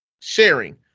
Sharing